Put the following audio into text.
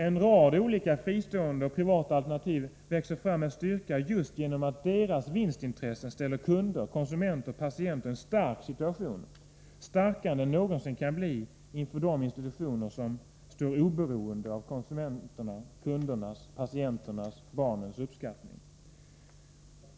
En rad olika fristående och privata alternativ växer fram med styrka just därför att deras vinstintresse ger kunder, konsumenter och patienter en stark position, starkare än den någonsin kan bli i förhållande till institutioner som är oberoende av kundernas, konsumenternas, patienternas och barnens uppskattning.